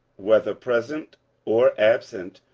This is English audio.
whether present or absent,